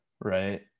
right